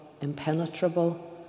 impenetrable